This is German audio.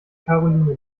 karoline